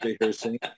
rehearsing